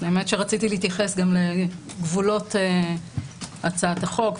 האמת שרציתי להתייחס גם לגבולות הצעת החוק,